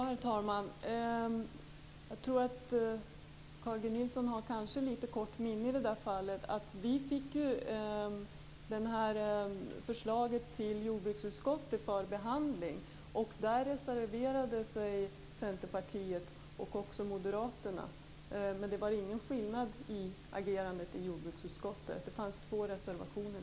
Herr talman! Jag tror att Carl G Nilsson har kort minne i det här fallet. Vi fick förslaget till jordbruksutskottet för behandling. Där reserverade sig Centerpartiet och Moderaterna. Det var ingen skillnad i agerandet i jorbruksutskottet. Det fanns två reservationer.